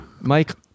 Mike